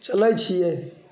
चलैत छियै